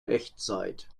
echtzeit